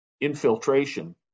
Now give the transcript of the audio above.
infiltration